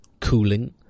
cooling